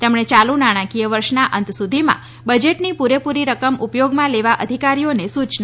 તેમણે ચાલુ નાણાંકીય વર્ષના અંત સુધીમાં બજેટની પૂરે પૂરી રકમ ઉપયોગમાં લેવા અધિકારીઓને સૂચના આપી હતી